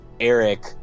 Eric